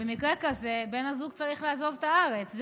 במקרה כזה בן הזוג צריך לעזוב את הארץ,